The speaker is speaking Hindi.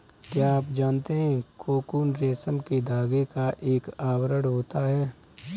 क्या आप जानते है कोकून रेशम के धागे का एक आवरण होता है?